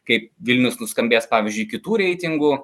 kaip vilnius nuskambės pavyzdžiui kitų reitingų